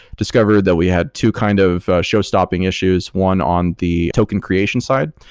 discovered that we had two kind of show stopping issues, one on the token creation side,